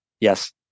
yes